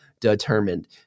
determined